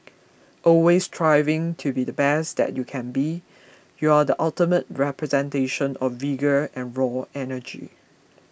always striving to be the best that you can be you are the ultimate representation of vigour and raw energy